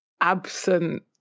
absent